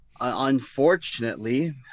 unfortunately